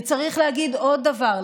וצריך להגיד עוד דבר,